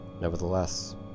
Nevertheless